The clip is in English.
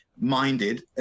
minded